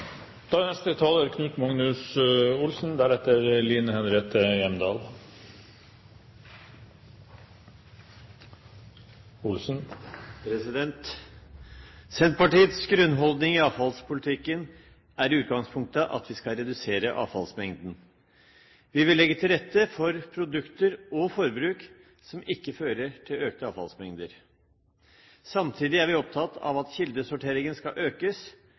Senterpartiets grunnholdning i avfallspolitikken er i utgangspunktet at vi skal redusere avfallsmengden. Vi vil legge til rette for produkter og forbruk som ikke fører til økte avfallsmengder. Samtidig er vi opptatt av at kildesorteringen skal økes,